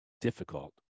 difficult